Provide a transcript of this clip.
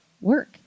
work